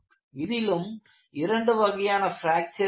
இதிலும் இரண்டு வகையான பிராக்சர் உள்ளன